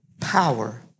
power